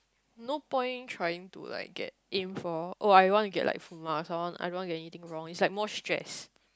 no point trying to like get aim for oh I want to get full mark so I want I don't want to get anything wrong is like more stress